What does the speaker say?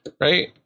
right